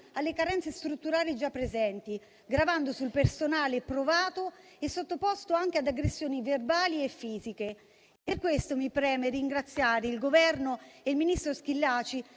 alle carenze strutturali già presenti, gravando sul personale provato e sottoposto anche ad aggressioni verbali e fisiche. Per questo mi preme ringraziare il Governo e il ministro Schillaci